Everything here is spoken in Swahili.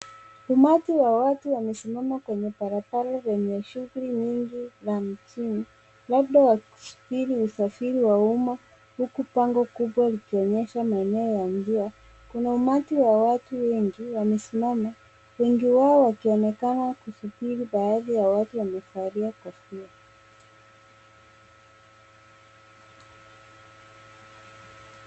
Umati wa watu wamesimama kwenye barabara kwenye shughuli mingi la mjini, labda wa kusubiri usafiri wa umma, huku pango kubwa likionyesha maneo ya njia, kuna umati wa watu wengi wamesimama, wengi wao wakionekana kusubiri baadhi ya watu wamevalia kofia.